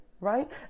right